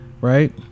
Right